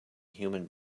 human